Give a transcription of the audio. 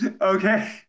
okay